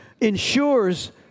ensures